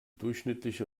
durchschnittliche